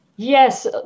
Yes